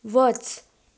वच